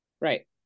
Right